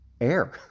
air